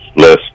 Less